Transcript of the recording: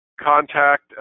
contact